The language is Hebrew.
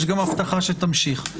יש גם הבטחה שתמשיך.